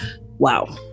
wow